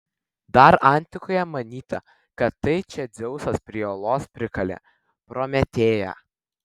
dar antikoje manyta kad tai čia dzeusas prie uolos prikalė prometėją